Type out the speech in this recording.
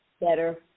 better